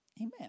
Amen